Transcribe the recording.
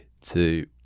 two